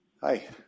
Hi